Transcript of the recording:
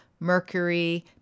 mercury